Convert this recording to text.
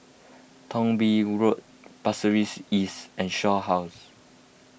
Thong Bee Road Pasir Ris East and Shaw House